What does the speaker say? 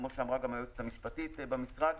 כמו שאמרה גם היועצת המשפטית במשרד.